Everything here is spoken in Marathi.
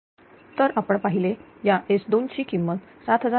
तर आपण पाहिले या S2 ची किंमत 7397